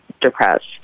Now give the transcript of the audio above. depressed